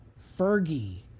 Fergie